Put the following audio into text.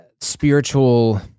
spiritual